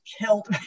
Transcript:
killed